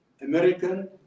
American